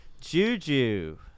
Juju